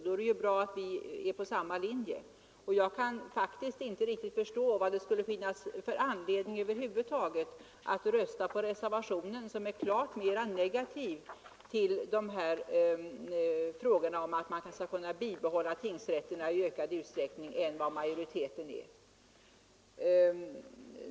Det är ju glädjande att vi är på samma linje. Jag kan inte förstå vad det skulle finnas för anledning över huvud taget att rösta på reservationen, som är klart mera negativ till att man i ökad utsträckning skall kunna bibehålla tingsrätterna än vad majoriteten är.